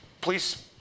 please